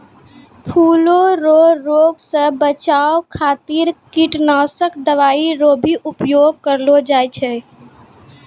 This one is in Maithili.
फूलो रो रोग से बचाय खातीर कीटनाशक दवाई रो भी उपयोग करलो जाय छै